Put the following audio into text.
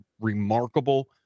remarkable